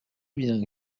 bien